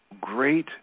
great